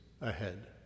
ahead